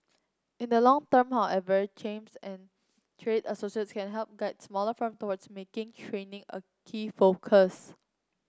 in the long term however chambers and trade associations can help guide smaller firms towards making training a key focus